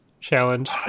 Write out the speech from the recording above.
challenge